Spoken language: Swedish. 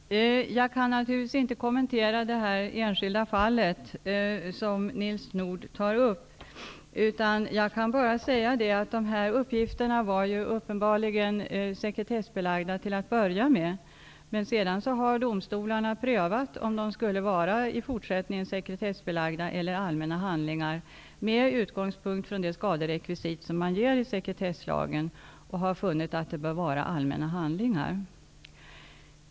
Herr talman! Jag kan naturligtvis inte kommentera det enskilda fall som Nils Nordh tar upp. Jag kan bara säga att de här uppgifterna till att börja med uppenbarligen var sekretessbelagda. Men sedan har domstolarna prövat om de i fortsättningen skall vara sekretessbelagda eller om de skall vara allmänna handlingar med utgångspunkt i det skaderekvisit som ges i sekretesslagen. Man har funnit att sådana här uppgifter bör vara allmänna handlingar.